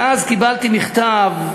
ואז קיבלתי מכתב,